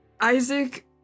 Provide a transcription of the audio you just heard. Isaac